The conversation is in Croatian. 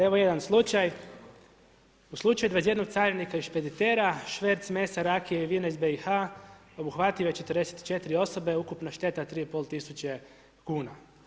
Evo, jedan slučaj, u slučaju 21 carinika i špeditera, šverc mesa, rakije i vina iz BIH obuhvatio je 44 osobe, ukupna je šteta 3,5 tisuće kuna.